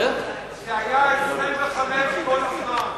זה היה 25% כל הזמן.